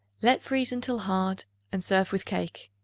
let freeze until hard and serve with cake.